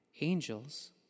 angels